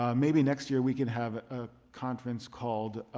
um maybe next year we could have a conference called